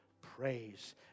praise